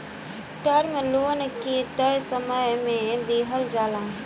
term loan के तय समय में दिहल जाला